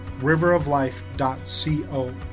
riveroflife.co